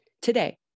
Today